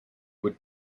would